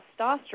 testosterone